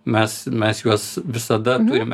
mes mes juos visada turime